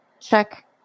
check